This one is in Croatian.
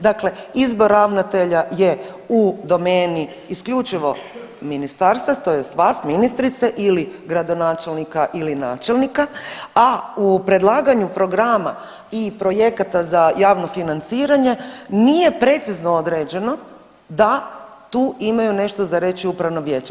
Dakle izvor ravnatelja je u domeni isključivo Ministarstva, tj. vas, ministrice ili gradonačelnika ili načelnika, a u predlaganju programa i projekata za javno financiranje, nije precizno određeno da tu imaju nešto za reći upravna vijeća.